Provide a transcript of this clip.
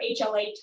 HLA